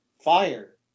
fire